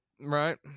Right